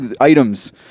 items